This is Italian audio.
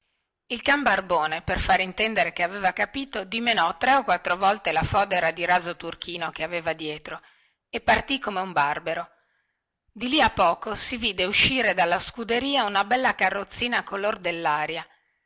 capito il can barbone per fare intendere che aveva capito dimenò tre o quattro volte la fodera di raso turchino che aveva dietro e partì come un barbero di lì a poco si vide uscire dalla scuderia una bella carrozzina color dellaria